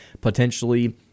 potentially